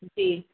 जी